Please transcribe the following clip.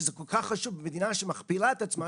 שזה כל כך חשוב במדינה שמכפילה את עצמה,